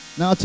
Now